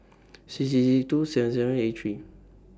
six six six two seven seven eight three